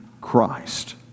Christ